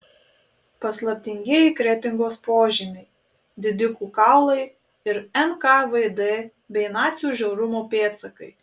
paslaptingieji kretingos požemiai didikų kaulai ir nkvd bei nacių žiaurumo pėdsakai